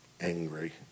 angry